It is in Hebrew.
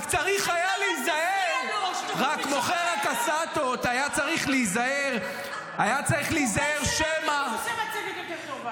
רק מוכר הקסטות היה צריך להיזהר שמא ----- יותר טובה.